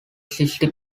sixty